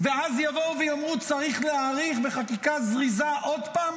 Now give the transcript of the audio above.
ואז יבואו ויאמרו: צריך להאריך בחקיקה זריזה עוד פעם?